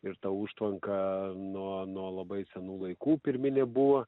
ir ta užtvanka nuo nuo labai senų laikų pirminė buvo